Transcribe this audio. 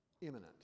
imminent